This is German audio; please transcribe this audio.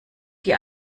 die